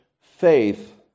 faith